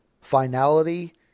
finality